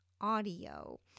audio